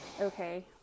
okay